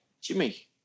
Jimmy